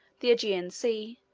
the aegean sea,